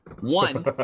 One